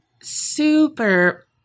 super